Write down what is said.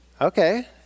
okay